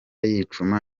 yicuma